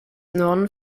known